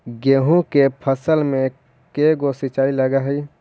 गेहूं के फसल मे के गो सिंचाई लग हय?